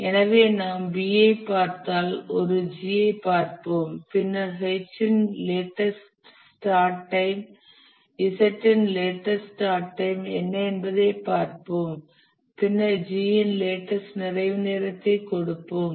எனவே நாம் B ஐப் பார்த்தால் ஒரு G ஐப் பார்ப்போம் பின்னர் H இன் லேட்டஸ்ட் ஸ்டார்ட் டைம் Z இன் லேட்டஸ்ட் ஸ்டார்ட் டைம் என்ன என்பதைப் பார்ப்போம் பின்னர் G இன் லேட்டஸ்ட் நிறைவு நேரத்தை கொடுப்போம்